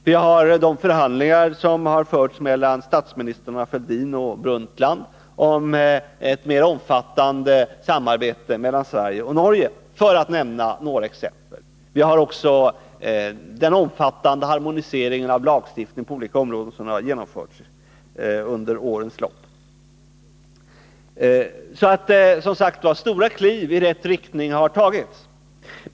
Vi har de förhandlingar som har förts mellan statsministrarna Fälldin och Brundtland om ett mera omfattande samarbete mellan Sverige och Norge. Detta var några exempel. Vi har också den omfattande harmonisering av lagstiftningen på olika områden som har genomförts under årens lopp. Stora kliv i rätt riktning har alltså tagits.